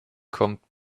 kommt